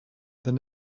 than